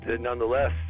nonetheless